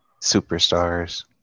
superstars